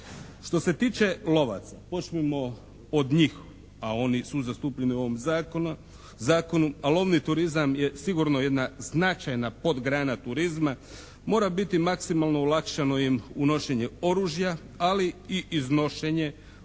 Što se tiče lovaca. Počnimo od njih. A oni su zastupljeni u ovom zakonu. Lovni turizam je sigurno jedna značajna podgrana turizma. Mora biti maksimalno olakšano im unošenje oružja ali i iznošenje